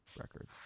Records